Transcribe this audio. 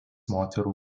moterų